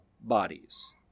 bodies